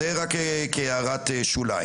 זה רק כהערת שוליים.